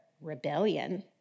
rebellion